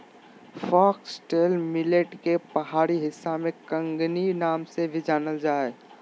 foxtail millet के पहाड़ी हिस्सा में कंगनी नाम से भी जानल जा हइ